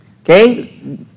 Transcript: Okay